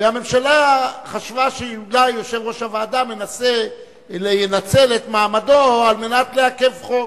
והממשלה חשבה שאולי יושב-ראש הוועדה מנסה לנצל את מעמדו כדי לעכב חוק,